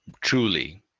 truly